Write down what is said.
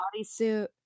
bodysuit